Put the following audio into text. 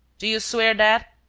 do you swear that?